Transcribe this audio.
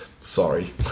Sorry